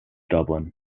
dublin